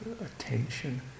attention